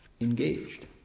Engaged